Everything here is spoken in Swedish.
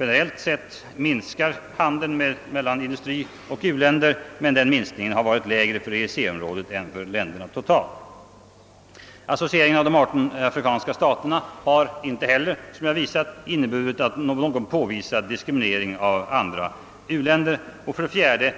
generellt sett minskar handeln mellan industrioch u-länder, men den minskningen har varit lägre för EEC-området än för industriländerna totalt. 3. Associeringen av de 18 afrikanska staterna har inte heller inneburit någon påvisbar diskriminering av andra uländer. 4.